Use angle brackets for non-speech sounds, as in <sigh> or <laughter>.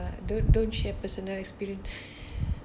uh don't don't share personal experience <laughs>